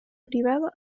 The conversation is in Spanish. privado